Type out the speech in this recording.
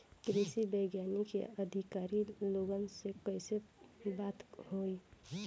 कृषि वैज्ञानिक या अधिकारी लोगन से कैसे बात होई?